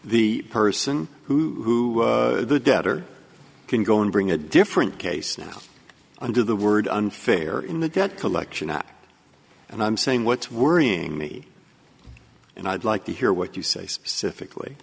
the person who the debtor can go in bring a different case now under the word unfair in the debt collection act and i'm saying what's worrying me and i'd like to hear what you say specifically